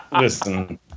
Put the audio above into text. Listen